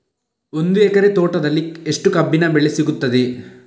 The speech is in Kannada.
ಒಂದು ಎಕರೆ ತೋಟದಲ್ಲಿ ಎಷ್ಟು ಕಬ್ಬಿನ ಬೆಳೆ ಸಿಗುತ್ತದೆ?